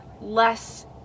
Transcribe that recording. less